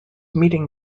meeting